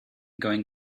going